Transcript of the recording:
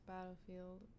Battlefield